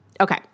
Okay